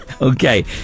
Okay